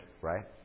Right